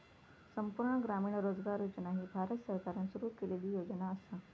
संपूर्ण ग्रामीण रोजगार योजना ही भारत सरकारान सुरू केलेली योजना असा